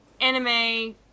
Anime